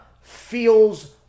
feels